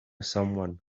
someone